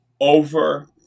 over